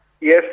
Yes